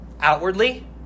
outwardly